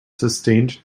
sustained